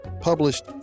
published